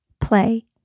play